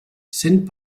sent